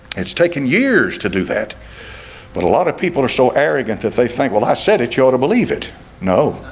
it's taken years to do that but a lot of people are so arrogant if they think well i said it you ought to believe it no,